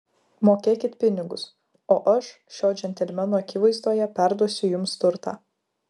mokėkit pinigus o aš šio džentelmeno akivaizdoje perduosiu jums turtą